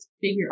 Figure